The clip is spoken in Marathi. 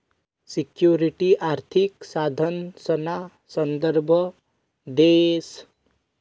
सिक्युरिटी आर्थिक साधनसना संदर्भ देस